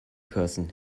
person